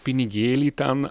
pinigėlį ten